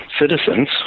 citizens